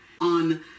on